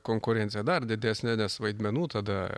konkurencija dar didesnė nes vaidmenų tada